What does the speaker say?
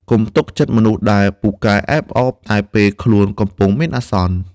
កុំទុកចិត្តមនុស្សដែលពូកែអែបអបតែពេលខ្លួនកំពុងមានអាសន្ន។